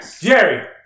Jerry